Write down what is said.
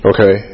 Okay